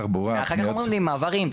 ואחר כך אומרים לי מעברים,